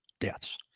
deaths